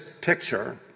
picture